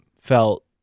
felt